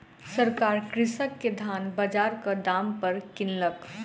सरकार कृषक के धान बजारक दाम पर किनलक